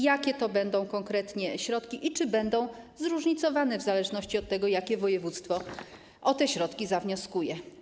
Jakie to będą konkretne środki i czy będą zróżnicowane w zależności od tego, jakie województwo o nie zawnioskuje?